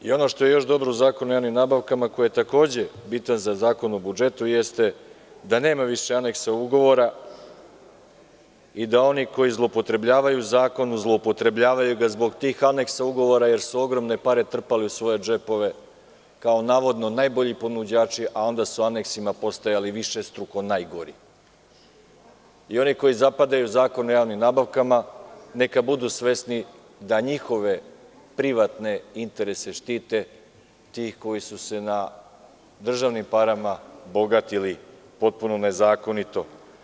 I ono što je još dobro u Zakonu o javnim nabavkama, koji je takođe bitan za Zakon o budžetu, jeste da nema više aneksa ugovora i da oni koji zloupotrebljavaju zakon, zloupotrebljavaju ga zbog tih aneksa ugovora, jer su ogromne pare trpali usvoje džepove, kao navodno najbolji ponuđači, a onda su aneksima postojali višestruko najgori i oni koji zapadaju u Zakon o javnim nabavkama neka budu svesni da njihove privatne interese štite ti koji su se na državnim parama bogatili potpuno nezakonito.